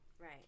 Right